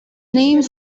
named